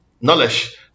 knowledge